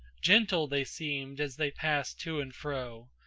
gentle they seemed as they passed to and fro,